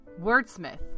Wordsmith